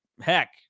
heck